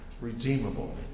redeemable